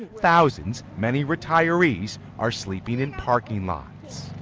thousands, many retirees, are sleeping in parking lots.